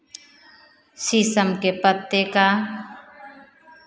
शीशम के पत्ते का